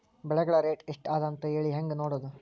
ಬೆಳೆಗಳ ರೇಟ್ ಎಷ್ಟ ಅದ ಅಂತ ಹೇಳಿ ಹೆಂಗ್ ನೋಡುವುದು?